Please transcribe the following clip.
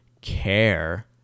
care